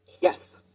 Yes